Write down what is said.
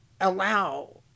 allow